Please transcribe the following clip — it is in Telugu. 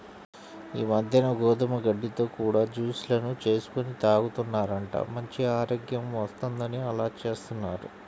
ఈ మద్దెన గోధుమ గడ్డితో కూడా జూస్ లను చేసుకొని తాగుతున్నారంట, మంచి ఆరోగ్యం వత్తందని అలా జేత్తన్నారు